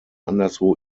anderswo